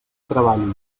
treball